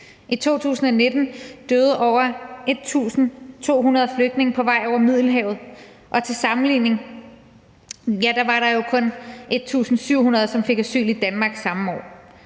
I 2019 døde over 1.200 flygtninge på vej over Middelhavet. Til sammenligning var der jo kun 1.700, som fik asyl i Danmark samme år.